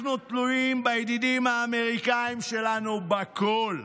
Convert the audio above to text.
אנחנו תלויים בידידים האמריקאים שלנו בכול.